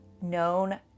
known